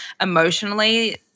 emotionally